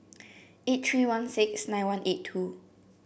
eight three one six nine one eight two